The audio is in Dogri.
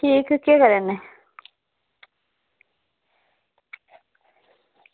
केह् कराने